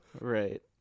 right